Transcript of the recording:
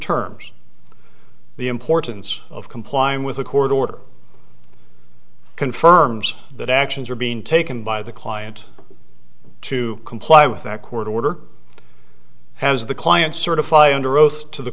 terms the importance of complying with a court order confirms that actions are being taken by the client to comply with that court order has the client certify under oath to the